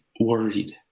worried